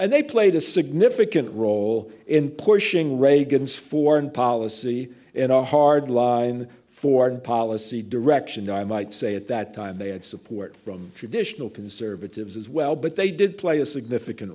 and they played a significant role in pushing reagan's foreign policy and a hard line foreign policy direction i might say at that time they had support from traditional conservatives as well but they did play a significant